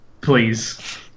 Please